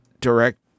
direct